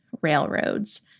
railroads